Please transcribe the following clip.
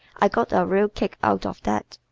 i got a real kick out of that.